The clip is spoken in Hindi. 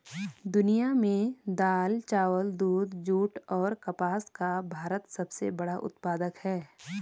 दुनिया में दाल, चावल, दूध, जूट और कपास का भारत सबसे बड़ा उत्पादक है